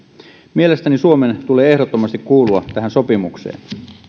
mielestäni suomen tulee ehdottomasti kuulua tähän sopimukseen